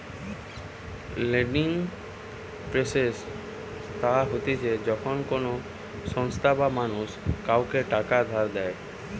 lending process তা হতিছে যখন কোনো সংস্থা বা মানুষ কাওকে টাকা ধার দেয়